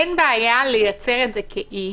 אין בעיה לייצר את זה כאי,